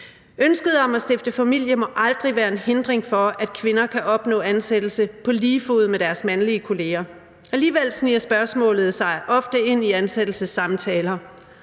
Ønsket om at stifte familie må aldrig være en hindring for, at kvinder kan opnå ansættelse på lige fod med deres mandlige kollegaer. Alligevel sniger spørgsmålet sig ofte ind i ansættelsessamtaler,